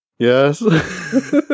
Yes